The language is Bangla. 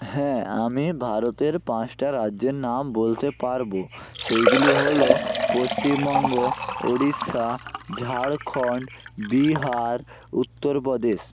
হ্যাঁ আমি ভারতের পাঁচটা রাজ্যের নাম বলতে পারবো সেইগুলি হলো পশ্চিমবঙ্গ উড়িষ্যা ঝাড়খন্ড বিহার উত্তরপ্রদেশ